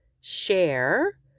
share